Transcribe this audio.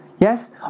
Yes